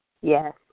Yes